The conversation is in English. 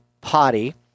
potty